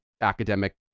academic